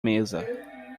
mesa